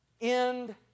end